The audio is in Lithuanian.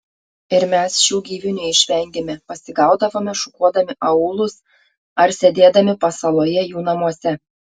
ir mes šių gyvių neišvengėme pasigaudavome šukuodami aūlus ar sėdėdami pasaloje jų namuose